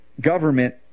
government